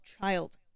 child